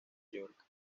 york